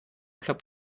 klappt